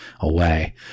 away